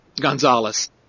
Gonzalez